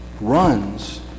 runs